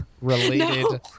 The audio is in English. related